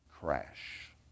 crash